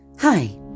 Hi